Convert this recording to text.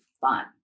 fun